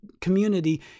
community